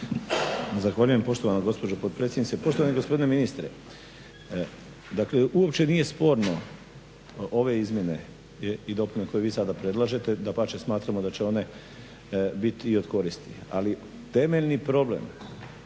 Zahvaljujem poštovana gospođo potpredsjednice. Poštovani gospodine ministre, dakle uopće nije sporno ove izmjene i dopune koje vi sada predlažete, dapače smatramo da će one biti i od koristi, ali temeljni problem